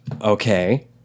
Okay